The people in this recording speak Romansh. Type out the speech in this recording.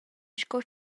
sco